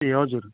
ए हजुर